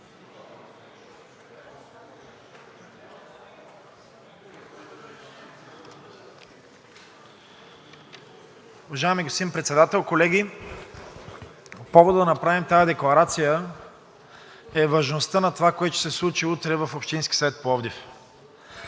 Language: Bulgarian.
Уважаеми господин Председател, колеги! Повод да направим тази декларация е важността на това, което ще се случи утре в Общинския съвет – Пловдив.